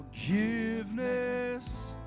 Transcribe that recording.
Forgiveness